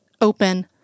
open